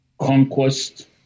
conquest